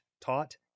taught